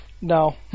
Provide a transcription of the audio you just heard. no